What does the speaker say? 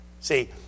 See